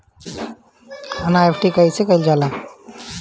NEFT कइसे कइल जाला?